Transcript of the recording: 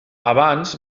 abans